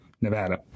Nevada